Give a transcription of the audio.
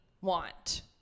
want